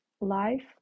life